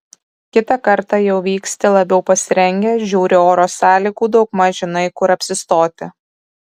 kitą kartą jau vyksti labiau pasirengęs žiūri oro sąlygų daugmaž žinai kur apsistoti